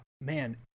Man